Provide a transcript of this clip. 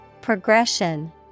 Progression